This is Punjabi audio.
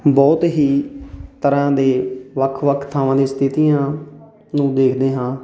ਬਹੁਤ ਹੀ ਤਰ੍ਹਾਂ ਦੇ ਵੱਖ ਵੱਖ ਥਾਵਾਂ ਦੀ ਸਥਿਤੀਆਂ ਨੂੰ ਦੇਖਦੇ ਹਾਂ